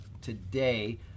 today